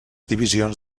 divisions